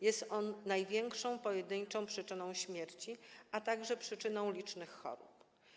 Jest on największą pojedynczą przyczyną śmierci, a także przyczyną licznych chorób.